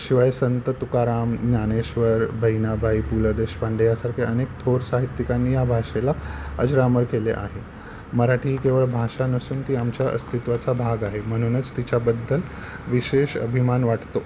शिवाय संत तुकाराम ज्ञानेश्वर बहिणाबाई पु ल देशपांडे यासारख्या अनेक थोर साहित्यिकांनी या भाषेला अजरामर केले आहे मराठी ही केवळ भाषा नसून ती आमच्या अस्तित्वाचा भाग आहे म्हणूनच तिच्याबद्दल विशेष अभिमान वाटतो